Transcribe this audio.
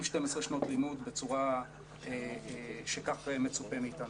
עם 12 שנות לימוד בצורה שכך מצופה מאתנו.